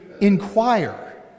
inquire